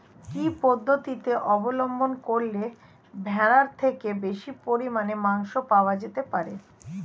কি পদ্ধতিতে অবলম্বন করলে ভেড়ার থেকে বেশি পরিমাণে মাংস পাওয়া যেতে পারে?